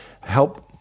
Help